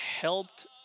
helped